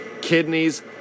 Kidneys